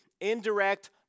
indirect